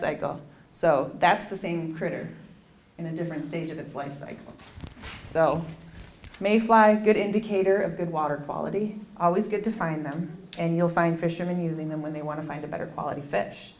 cycle so that's the same critter in a different stage of its life cycle so may fly good indicator of good water ball ity always good to find them and you'll find fisherman using them when they want to find a better quality fish